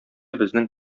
безнең